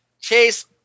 Chase